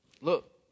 look